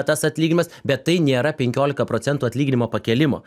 tas atlyginimas bet tai nėra penkiolika procentų atlyginimo pakėlimo